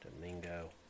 Domingo